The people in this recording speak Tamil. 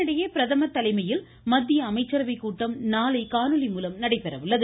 இதனிடையே பிரதமர் தலைமையில் மத்திய அமைச்சரவைக் கூட்டம் நாளை காணொலி மூலம் நடைபெற உள்ளது